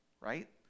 right